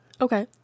Okay